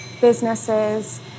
businesses